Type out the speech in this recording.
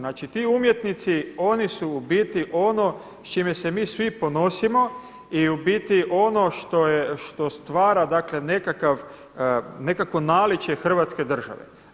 Znači ti umjetnici oni su u biti ono s čime se mi svi ponosimo i u biti ono što stvara dakle nekakvo naličje hrvatske države.